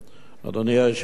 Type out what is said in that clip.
אדוני היושב-ראש,